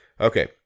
Okay